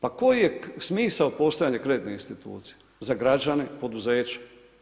Pa koji je smisao postojanja kreditne institucije za građane, poduzeća?